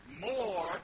more